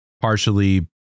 partially